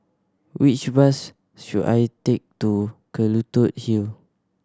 which bus should I take to Kelulut Hill